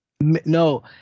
No